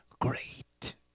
great